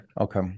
Okay